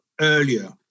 earlier